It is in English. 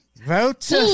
Vote